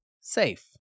safe